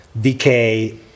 decay